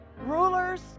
rulers